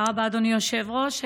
תודה רבה, אדוני היושב-ראש.